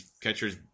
Catchers